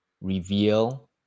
reveal